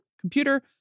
computer